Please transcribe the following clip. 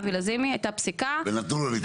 אבי לזימי --- ונתנו לו להתמודד?